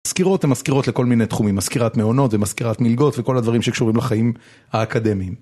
מזכירות הן מזכירות לכל מיני תחומים, מזכירת מעונות ומזכירת מלגות וכל הדברים שקשורים לחיים האקדמיים.